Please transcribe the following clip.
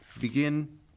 begin